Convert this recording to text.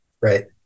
Right